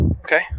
Okay